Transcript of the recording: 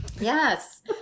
Yes